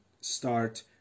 start